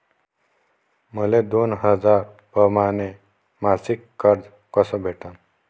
मले दोन हजार परमाने मासिक कर्ज कस भेटन?